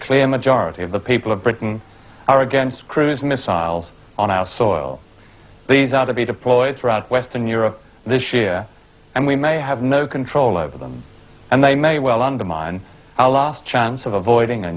clear majority of the people of britain are against cruise missiles on our soil these out to be deployed throughout western europe this year and we may have no control over them and they may well undermine our last chance of avoiding a